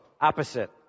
opposite